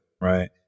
right